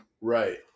right